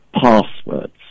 Passwords